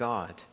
God